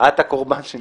את הקורבן שנבחר.